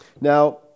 Now